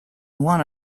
one